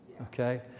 Okay